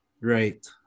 Right